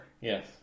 Yes